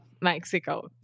Mexico